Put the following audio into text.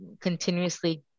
continuously